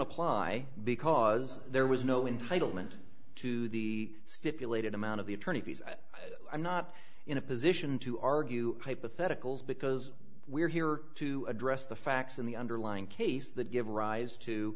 apply because there was no entitle meant to the stipulated amount of the attorney fees and i'm not in a position to argue hypotheticals because we're here to address the facts in the underlying case that give rise to